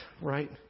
right